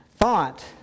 thought